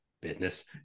business